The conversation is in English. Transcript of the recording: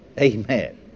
Amen